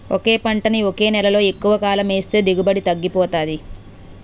ఒకే పంటని ఒకే నేలలో ఎక్కువకాలం ఏస్తే దిగుబడి తగ్గిపోతాది